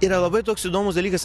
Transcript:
yra labai toks įdomus dalykas